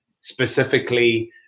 specifically